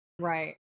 Right